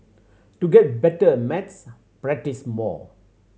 to get better at maths practise more